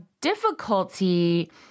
difficulty